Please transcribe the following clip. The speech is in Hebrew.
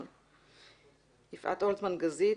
גזית?